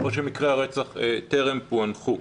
או שמקרי הרצח טרם פוענחו.